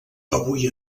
avui